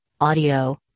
audio